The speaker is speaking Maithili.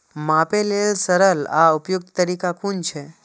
मापे लेल सरल आर उपयुक्त तरीका कुन छै?